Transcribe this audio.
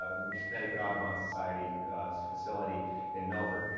which is connecticut audubon society's facility in milford,